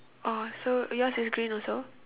orh so yours is green also